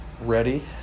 ready